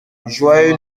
joyeux